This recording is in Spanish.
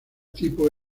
tipo